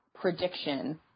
prediction